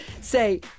say